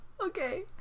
Okay